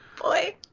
Boy